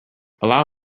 allow